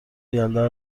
یلدا